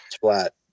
flat